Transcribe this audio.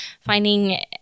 finding